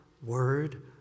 Word